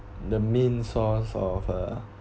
the main source of uh